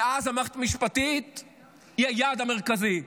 מאז המערכת המשפטית היא היעד המרכזי.